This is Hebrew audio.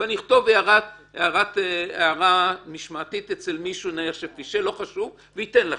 ואני אכתוב הערה משמעתית אצל מישהו שפישל ואתן לכם.